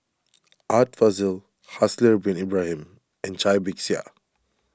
Art Fazil Haslir Bin Ibrahim and Cai Bixia